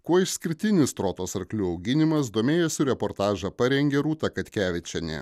kuo išskirtinis trotos arklių auginimas domėjosi reportažą parengė rūta katkevičienė